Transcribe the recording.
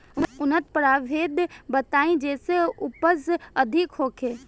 उन्नत प्रभेद बताई जेसे उपज अधिक होखे?